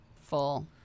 Full